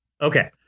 Okay